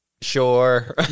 sure